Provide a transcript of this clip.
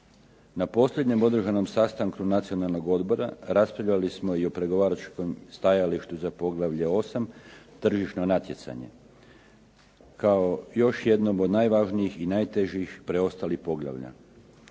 Na posljednjem održanom sastanku Nacionalnog odbora raspravljali smo i o pregovaračkom stajalištu za poglavlje 8. tržišno natjecanje, kao još jednom od najvažnijih i najtežih preostalih poglavlja.